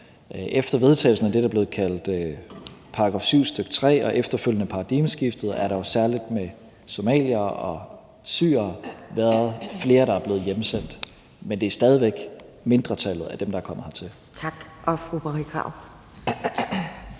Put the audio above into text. efter vedtagelsen af det, der er blevet kaldt § 7, stk. 3 og efterfølgende paradigmeskiftet, særlig blandt somaliere og syrere flere, der er blevet hjemsendt, men det er stadig væk mindretallet af dem, der er kommet hertil. Kl.